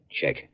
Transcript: Check